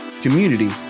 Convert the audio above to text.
community